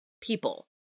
people